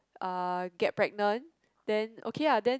uh get pregnant then okay lah then